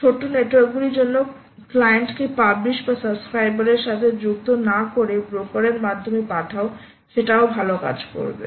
ছোট নেটওয়ার্কগুলির জন্য ক্লায়েন্টকে পাবলিশার বা সাবস্ক্রাইবারের সাথে যুক্ত না করে ব্রোকার এর মাধ্যমে পাঠাও সেটাও ভালো কাজ করবে